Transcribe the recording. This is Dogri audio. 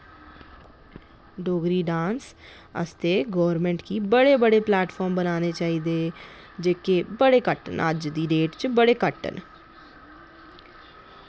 डोगरी डांस आस्तै गौरमैंट गी बड़े बड़े प्लेटफार्म चाहिदे जेह्ड़े बड़े घट्ट न अज्ज दी डेट च बड़े घट्ट न